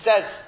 says